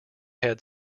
had